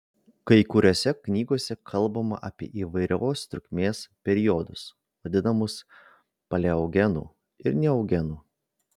kai kuriose knygose kalbama apie įvairios trukmės periodus vadinamus paleogenu ir neogenu